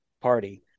party